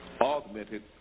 augmented